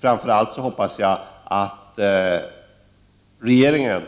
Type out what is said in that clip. Framför allt hoppas jag att regeringen